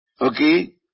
Okay